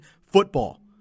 football